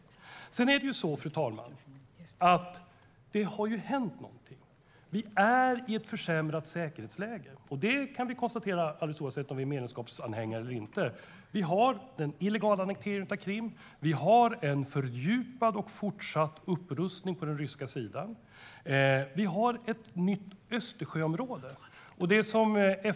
Fru talman! Det har hänt någonting. Vi är i ett försämrat säkerhetsläge. Det kan vi konstatera alldeles oavsett om vi är medlemskapsanhängare eller inte. Vi har den illegala annekteringen av Krim, och vi har en fördjupad och fortsatt upprustning på den ryska sidan. Vi har ett nytt Östersjöområde.